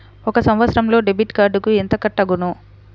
ఒక సంవత్సరంలో డెబిట్ కార్డుకు ఎంత కట్ అగును?